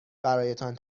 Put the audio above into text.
برایتان